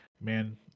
man